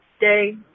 day